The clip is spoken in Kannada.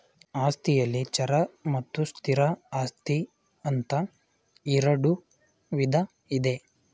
ಆಸ್ತಿಯಲ್ಲಿ ಚರ ಮತ್ತು ಸ್ಥಿರ ಆಸ್ತಿ ಅಂತ ಇರುಡು ವಿಧ ಇದೆ